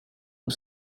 was